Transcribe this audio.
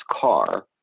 car